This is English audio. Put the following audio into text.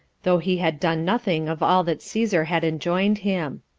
although he had done nothing of all that caesar had enjoined him.